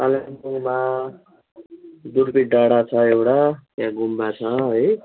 कालेबुङमा दुर्बिन डाँडा छ एउटा त्यहाँ गुम्बा छ है